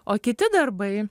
o kiti darbai